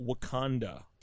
Wakanda